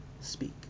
speak